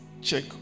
check